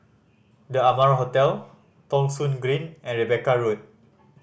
The Amara Hotel Thong Soon Green and Rebecca Road